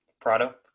Prado